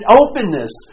openness